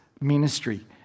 ministry